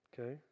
Okay